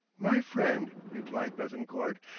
my friend, replied bethencourt,